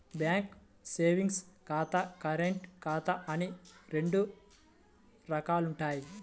bank savings ఖాతా, current ఖాతా అని రెండు రకాలుంటయ్యి